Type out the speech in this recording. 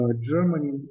Germany